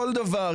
כל דבר,